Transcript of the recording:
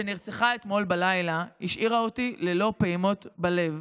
שנרצחה אתמול בלילה והשאירה אותי ללא פעימות בלב",